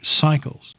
Cycles